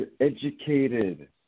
Educated